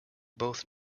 both